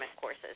courses